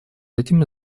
этими